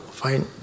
fine